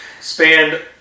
spanned